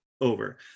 over